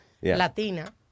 latina